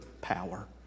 power